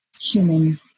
human